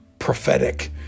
prophetic